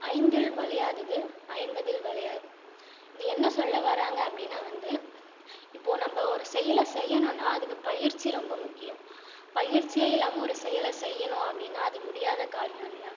ஐந்தில் வளையாதது ஐம்பதில் வளையாது அது என்ன சொல்ல வராங்க அப்படின்னா வந்து இப்போது நம்ம ஒரு செயலை செய்யணும்னா அதுக்கு பயிற்சி ரொம்ப முக்கியம் பயிற்சியே இல்லாமல் ஒரு செயலை செய்யணும் அப்படின்னா அது முடியாத காரியம் இல்லையா